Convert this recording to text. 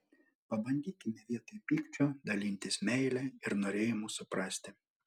pabandykime vietoj pykčio dalintis meile ir norėjimu suprasti